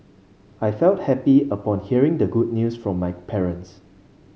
I felt happy upon hearing the good news from my parents